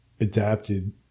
adapted